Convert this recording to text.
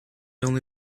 only